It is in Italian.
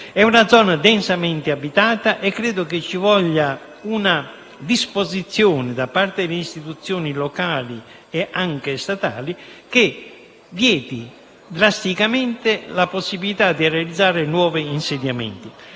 di una zona densamente abitata e credo che ci voglia una disposizione delle istituzioni locali e anche statali che vieti drasticamente la possibilità di realizzare nuovi insediamenti.